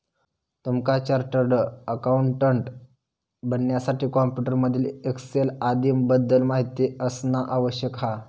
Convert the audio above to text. तुमका chartered accountant बनण्यासाठी computer मधील एक्सेल आदीं बद्दल माहिती असना आवश्यक हा